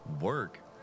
Work